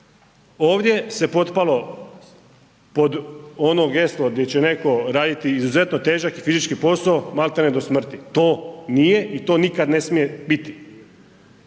Ovdje se potpalo pod ono geslo gdje će netko raditi izuzetno težak i fizički posao maltene do smrti, to nije i to nikada ne smije biti.